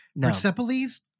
Persepolis